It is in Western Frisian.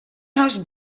hast